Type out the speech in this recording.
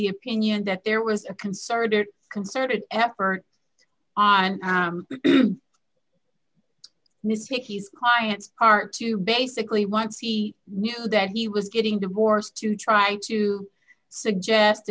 the opinion that there was a concerted concerted effort on mistake he's clients are to basically once he knew that he was getting divorced to try to suggest